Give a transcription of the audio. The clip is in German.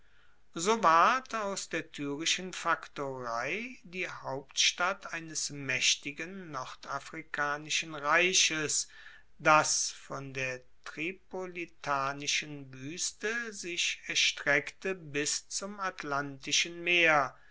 so ward aus der tyrischen faktorei die hauptstadt eines maechtigen nordafrikanischen reiches das von der tripolitanischen wueste sich erstreckte bis zum atlantischen meer